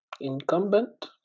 incumbent